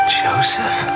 joseph